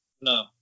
No